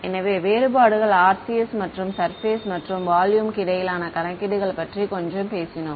எனவே வேறுபாடுகள் RCS மற்றும் சர்பேஸ் மற்றும் வால்யூம் க்கு இடையிலான கணக்கீடுகள் பற்றி கொஞ்சம் பேசினோம்